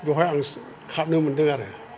बेवहाय आङो सिथ खारनो मोन्दों आरो